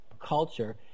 culture